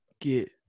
Get